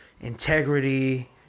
integrity